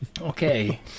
Okay